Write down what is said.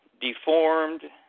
deformed